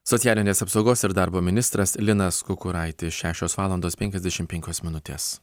socialinės apsaugos ir darbo ministras linas kukuraitis šešios valandos penkiasdešim penkios minutės